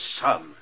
son